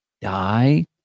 die